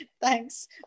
Thanks